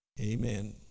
Amen